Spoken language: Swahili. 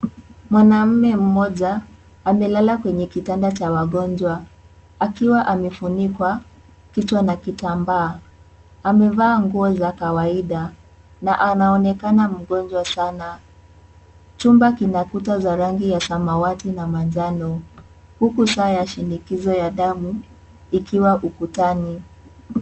Mwanaume mmoja, amelala kwenye kitanda cha wagonjwa, akiwa amefunikwa kichwa na kitambaa. Amevaa nguo za kawaida, na anaonekana mgonjwa sana. Chumba kina kuta za rangi ya samawati na manjano, huku saa ya shinikizo ya damu, ikiwa ukutani.